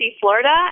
Florida